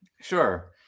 Sure